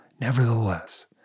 Nevertheless